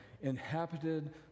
inhabited